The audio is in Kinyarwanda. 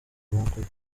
nukuri